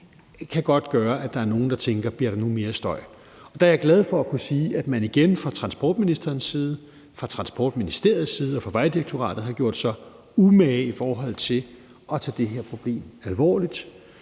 kan godt gøre, at der så er nogle, der tænker: Bliver der nu mere støj? Og der er jeg glad for at kunne sige, at man igen fra transportministerens side, fra Transportministeriets side og fra Vejdirektoratets side har gjort sig umage for at tage det her problem alvorligt.